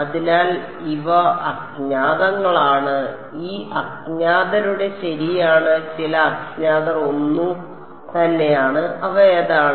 അതിനാൽ ഇവ അജ്ഞാതങ്ങളാണ് ഈ അജ്ഞാതരുടെ ശരിയാണ് ചില അജ്ഞാതർ ഒന്നുതന്നെയാണ് അവ ഏതാണ്